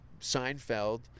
Seinfeld